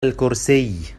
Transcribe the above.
الكرسي